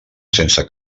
sense